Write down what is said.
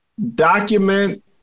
document